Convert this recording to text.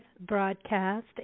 broadcast